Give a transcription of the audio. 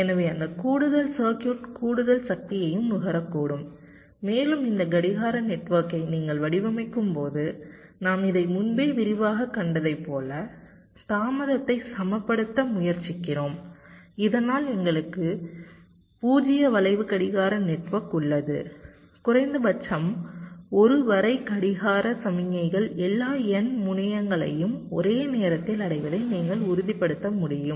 எனவே அந்த கூடுதல் சர்க்யூட் கூடுதல் சக்தியையும் நுகரக்கூடும் மேலும் இந்த கடிகார நெட்வொர்க்கை நீங்கள் வடிவமைக்கும்போது நாம் இதை முன்பே விரிவாகக் கண்டதை போல தாமதத்தை சமப்படுத்த முயற்சிக்கிறோம் இதனால் எங்களுக்கு 0 வளைவு கடிகார நெட்வொர்க் உள்ளது குறைந்தபட்சம் ஒரு வரை கடிகார சமிக்ஞைகள் எல்லா n முனையங்களையும் ஒரே நேரத்தில் அடைவதை நீங்கள் உறுதிப்படுத்த முடியும்